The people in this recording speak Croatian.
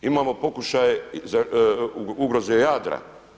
Imamo pokušaje ugroze Jadra.